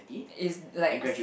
is like